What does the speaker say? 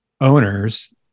owners